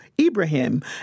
Ibrahim